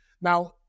Now